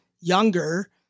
younger